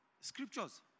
Scriptures